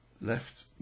left